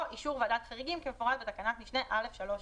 אישור ועדת חריגים כמפורט בתקנת משנה (א)(3)(ב);".